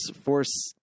Force